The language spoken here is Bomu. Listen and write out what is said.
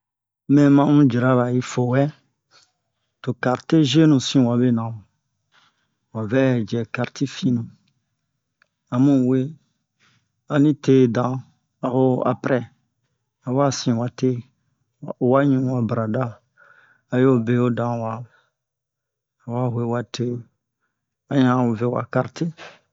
mɛ ma un cira-ra yi fowɛ to karte zuwenu sin wabe na mu a vɛ cɛ karti finnu amu ani te dan a ho a prɛ awa sin wa te a o wa ɲu wa barada a yo be ho dan awa huwe wa te a ɲan vɛ wa karte